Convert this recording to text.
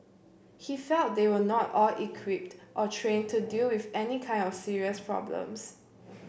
he felt they were not all equipped or trained to deal with any kind of serious problems